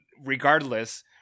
regardless